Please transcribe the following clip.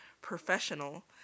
professional